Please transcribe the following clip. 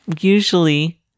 usually